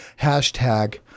hashtag